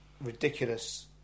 ridiculous